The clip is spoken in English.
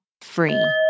free